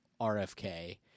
rfk